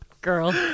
girl